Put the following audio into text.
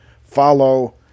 follow